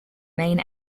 main